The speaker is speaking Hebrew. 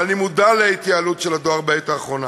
אני מודע להתייעלות של הדואר בעת האחרונה,